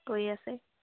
কৰি আছে